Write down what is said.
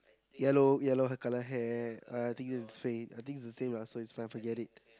yellow yellow color hair uh I think is the I think is the same lah so it's fine forget it